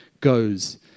goes